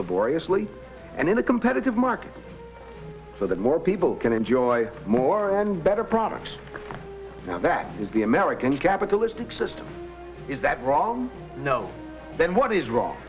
laboriously and in a competitive market so that more people can enjoy more and better products and that is the american you capitalistic system is that wrong no then what is wrong